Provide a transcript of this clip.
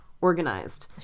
organized